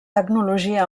tecnologia